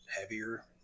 heavier